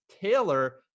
Taylor